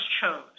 chose